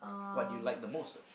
what do you like the most though